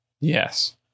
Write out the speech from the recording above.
Yes